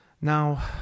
Now